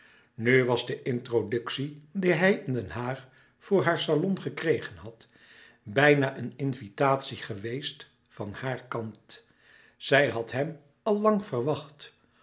nu was de introductie die hij in den haag voor haar salon gekregen had bijna een invitatie geweest van haar kant zij had hem al lang verwacht